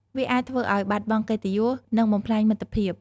វាអាចធ្វើឲ្យបាត់បង់កិត្តិយស និងបំផ្លាញមិត្តភាព។